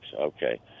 okay